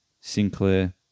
Sinclair